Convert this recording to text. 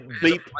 beep